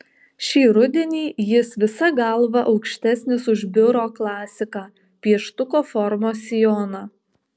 šį rudenį jis visa galva aukštesnis už biuro klasiką pieštuko formos sijoną